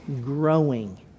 growing